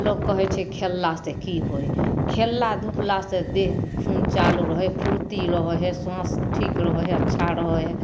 लोक कहै छै खेलला से कि होइ खेलला धूपला से देहके खून चालू रहै हइ फुरती रहै हइ श्वास ठीक रहै हइ अच्छा रहै हइ